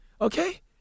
okay